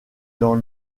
dans